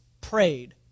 prayed